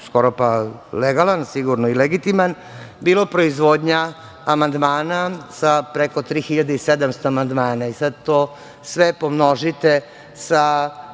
skoro pa legalan, sigurno i legitiman, bila proizvodnja amandmana sa preko 3.700 amandmana i sad to sve pomnožite sa